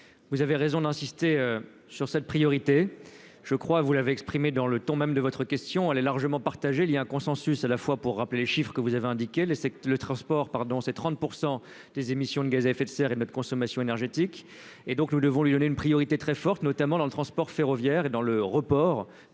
vous avez raison d'insister sur cette priorité. Je crois, vous l'avez exprimé dans le ton, même de votre question, elle est largement partagée, il y a un consensus à la fois pour rappeler les chiffres que vous avez indiqué les c'est le transport, pardon, c'est 30 % des émissions de gaz à effet de serre et notre consommation énergétique, et donc nous devons lui donner une priorité très forte, notamment dans le transport ferroviaire et dans le report